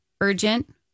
urgent